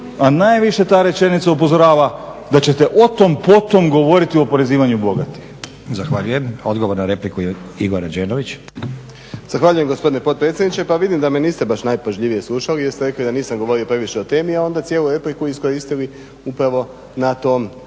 a najviše ta rečenica upozorava da ćete o tom, potom govoriti o oporezivanju bogatih. **Stazić, Nenad (SDP)** Zahvaljujem. Odgovor na repliku, Igor Rađenović. **Rađenović, Igor (SDP)** Zahvaljujem gospodine potpredsjedniče. Pa vidim da me niste baš najpažljivije slušali jer ste rekli da nisam govorio previše o tome, a onda cijelu repliku iskoristili upravo na tom